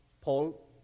Paul